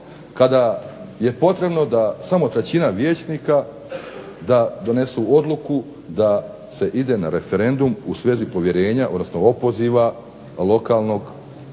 kada je potrebno da samo trećina vijećnika donese odluku da se ide na referendum u svezi povjerenja odnosno opoziva lokalnog čelnika